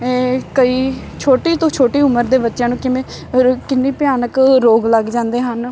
ਕਈ ਛੋਟੀ ਤੋਂ ਛੋਟੀ ਉਮਰ ਦੇ ਬੱਚਿਆਂ ਨੂੰ ਕਿਵੇਂ ਰੋ ਕਿੰਨੇ ਭਿਆਨਕ ਰੋਗ ਲੱਗ ਜਾਂਦੇ ਹਨ